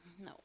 No